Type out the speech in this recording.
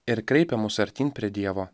ir kreipia mus artyn prie dievo